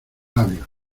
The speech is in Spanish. labios